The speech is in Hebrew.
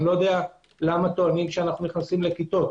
איני יודע למה טוענים שאנו נכנסים לכיתות.